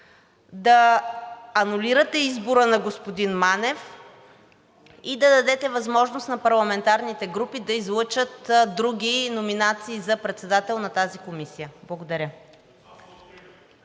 да анулирате избора на господин Манев и да дадете възможност на парламентарните групи да излъчат други номинации за председател на тази комисия. Благодаря.